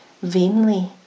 vainly